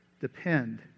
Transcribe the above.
depend